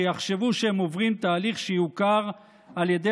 שיחשבו שהם עוברים תהליך שיוכר על ידי